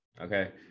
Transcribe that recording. okay